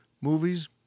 movies